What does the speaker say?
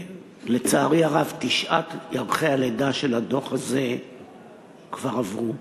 לצערי הרב, תשעת ירחי הלידה של הדוח הזה כבר עברו.